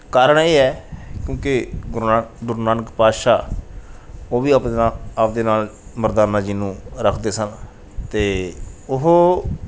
ਕਾਰਣ ਇਹ ਹੈ ਕਿਉਂਕਿ ਗੁਰ ਨਾਨਕ ਗੁਰੂ ਨਾਨਕ ਪਾਤਸ਼ਾਹ ਉਹ ਵੀ ਆਪਣੇ ਨਾਲ ਆਪਣੇ ਨਾਲ ਮਰਦਾਨਾ ਜੀ ਨੂੰ ਰੱਖਦੇ ਸਨ ਅਤੇ ਉਹ